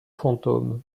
fantômes